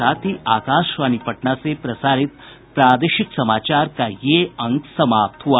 इसके साथ ही आकाशवाणी पटना से प्रसारित प्रादेशिक समाचार का ये अंक समाप्त हुआ